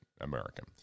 American